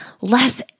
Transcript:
less